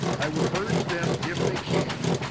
i would urge them, if they can,